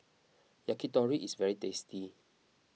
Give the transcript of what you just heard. Yakitori is very tasty